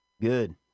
Good